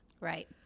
Right